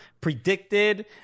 predicted